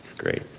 great.